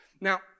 Now